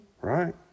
Right